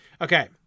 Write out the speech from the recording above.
Okay